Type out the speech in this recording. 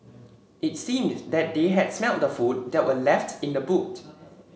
it seemed that they had smelt the food that were left in the boot